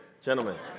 gentlemen